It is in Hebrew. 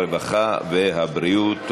הרווחה והבריאות.